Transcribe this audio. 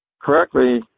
correctly